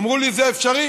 אמרו לי: זה אפשרי.